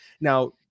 Now